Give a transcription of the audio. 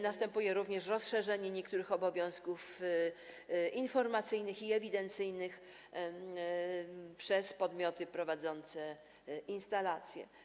Następuje również rozszerzenie niektórych obowiązków informacyjnych i ewidencyjnych przez podmioty prowadzące instalacje.